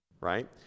Right